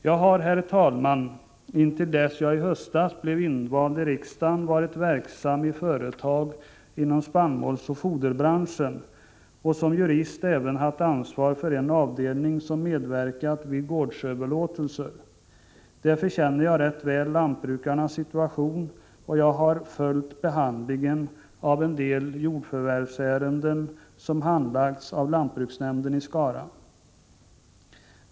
Jag har, herr talman, intill dess jag i höstas blev invald i riksdagen varit verksam i företag inom spannmålsoch foderbranschen och som jurist även haft ansvar för en avdelning som medverkat vid gårdsöverlåtelser. Därför känner jag rätt väl lantbrukarnas situation, och jag har följt behandlingen av en del jordförvärvsärenden som handlagts av lantbruksnämnden i Skara.